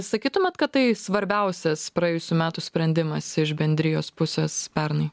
sakytumėt kad tai svarbiausias praėjusių metų sprendimas iš bendrijos pusės pernai